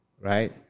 right